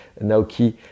Naoki